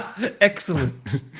excellent